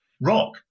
rock